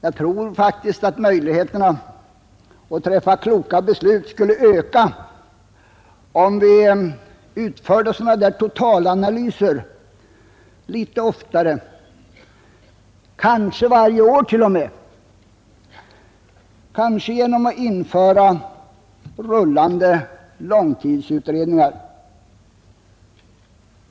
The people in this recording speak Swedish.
Jag tror faktiskt att möjligheterna att fatta kloka beslut skulle öka, om vi utförde totalanalyser litet oftare — kanske varje år t.o.m., måhända genom att införa rullande långtidsutredningar.